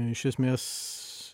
iš esmės